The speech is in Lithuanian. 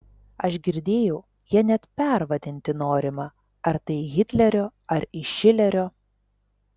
aš girdėjau ją net pervadinti norima ar tai į hitlerio ar į šilerio